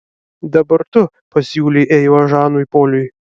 dabar tu pasiūlė eiva žanui poliui